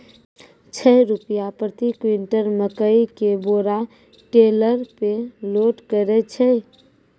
छह रु प्रति क्विंटल मकई के बोरा टेलर पे लोड करे छैय?